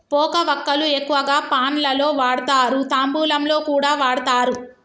పోక వక్కలు ఎక్కువగా పాన్ లలో వాడుతారు, తాంబూలంలో కూడా వాడుతారు